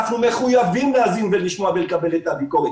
אנחנו מחויבים להאזין ולשמוע ולקבל את הביקורת,